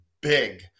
big